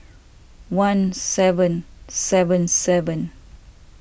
one seven seven seven